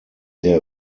der